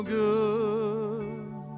good